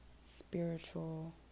spiritual